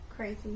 crazy